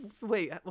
wait